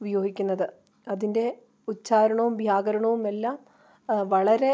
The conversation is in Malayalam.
ഉപയോഗിക്കുന്നത് അതിൻ്റെ ഉച്ചാരണവും വ്യാകരണവുമെല്ലാം വളരെ